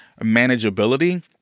manageability